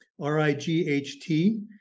R-I-G-H-T